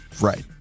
Right